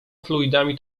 fluidami